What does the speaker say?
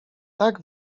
tak